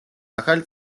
ახალი